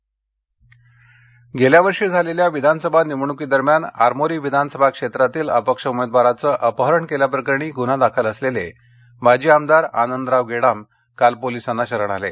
गडचिरोली गेल्या वर्षी झालेल्या विधानसभा निवडणुकीदरम्यान आरमोरी विधानसभा क्षेत्रातील अपक्ष उमेदवाराचे अपहरण केल्याप्रकरणी गुन्हा दाखल असलेले माजी आमदार आनंदराव गेडाम काल पोलिसांना शरण आले